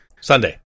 Sunday